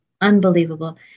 unbelievable